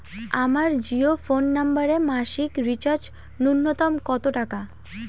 আমার জিও ফোন নম্বরে মাসিক রিচার্জ নূন্যতম কত টাকা?